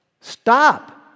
stop